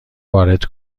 وارد